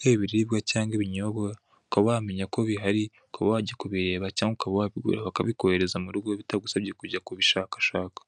haba ibiribwa cyangwa ibinyobwa, ukaba wamenya ko bihari, ukaba wajya kubireba cyangwa ukaba wabigura bakabikohereza mu rugo, bitagusabye kujya kubishakashaka.